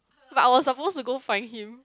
but I was supposed to go find him